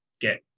get